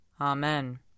Amen